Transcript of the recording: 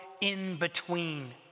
in-between